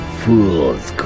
fool's